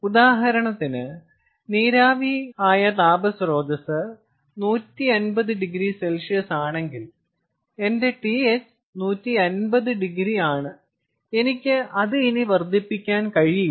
ഉദാഹരണത്തിന് നീരാവി ആയ താപ സ്രോതസ്സ് 150oC ആണെങ്കിൽ എന്റെ TH 150 ഡിഗ്രി ആണ് എനിക്ക് അത് ഇനി വർദ്ധിപ്പിക്കാൻ കഴിയില്ല